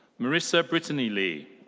marissa brittany lee.